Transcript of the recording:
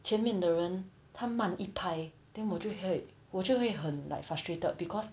前面的人他慢一拍 then 我就会我就会很 like frustrated because